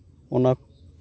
ᱚᱱᱟ